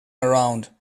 around